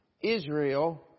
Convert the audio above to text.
Israel